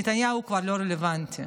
נתניהו כבר לא רלוונטי.